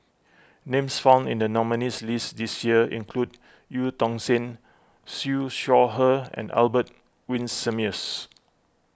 names found in the nominees' list this year include Eu Tong Sen Siew Shaw Her and Albert Winsemius